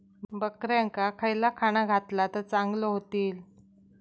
बकऱ्यांका खयला खाणा घातला तर चांगल्यो व्हतील?